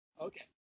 Okay